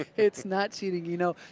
it's knot cheating, you know,